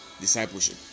discipleship